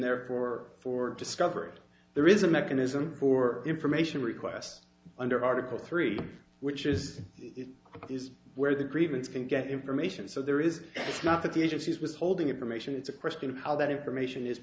there for four discovered there is a mechanism for information requests under article three which is it is where the grievance can get information so there is it's not that the agency's withholding information it's a question of how that information is